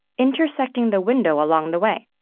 intersecting the window along the way.